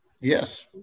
Yes